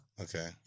Okay